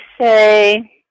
say